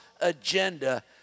agenda